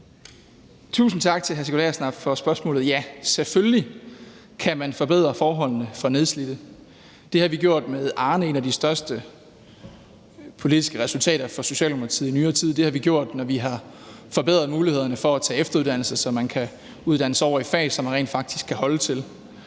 Tusind tak til hr. Sigurd Agersnap for spørgsmålet. Ja, selvfølgelig kan man forbedre forholdene for nedslidte. Det har vi gjort med Arnepensionen, et af de største politiske resultater for Socialdemokratiet i nyere tid; det har vi gjort, når vi har forbedret mulighederne for at tage efteruddannelse, så man kan uddanne sig over i et fag, som man rent faktisk kan holde til